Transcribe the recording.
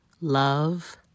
love